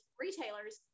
retailers